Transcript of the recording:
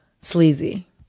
sleazy